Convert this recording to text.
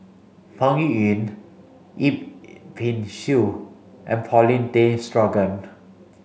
Peng Yuyun Yip Pin Xiu and Paulin Tay Straughan